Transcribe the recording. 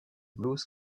blues